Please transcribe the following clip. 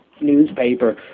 newspaper